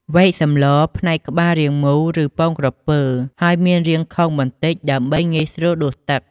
វែកសម្ល ផ្នែកក្បាលរាងមូល ឬពងក្រពើ ហើយមានរាងខូងបន្តិចដើម្បីងាយស្រួលដួសទឹក។